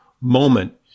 moment